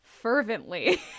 fervently